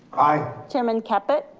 aye. chair and caput.